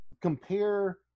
Compare